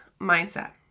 mindset